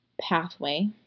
pathway